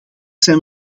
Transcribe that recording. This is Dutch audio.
zijn